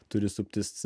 turi suptis